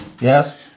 Yes